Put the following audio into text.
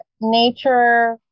nature